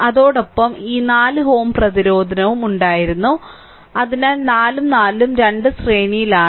അതോടൊപ്പം ഈ 4 Ω പ്രതിരോധവും ഉണ്ടായിരുന്നു അതിനാൽ 4 ഉം 4 ഉം രണ്ടും ശ്രേണിയിലാണ്